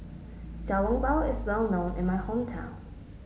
Xiao Long Bao is well known in my hometown